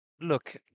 Look